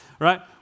right